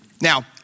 Now